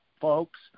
folks